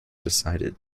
decided